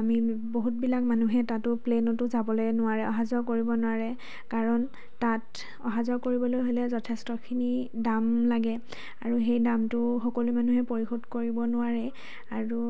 আমি বহুতবিলাক মানুহে তাতো প্লেনতো যাবলে নোৱাৰে অহা যোৱা কৰিব নোৱাৰে কাৰণ তাত অহা যোৱা কৰিবলে হ'লে যথেষ্টখিনি দাম লাগে আৰু সেই দামটো সকলো মানুহে পৰিশোধ কৰিব নোৱাৰে আৰু